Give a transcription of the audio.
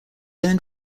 earned